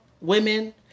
women